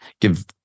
give